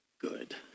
good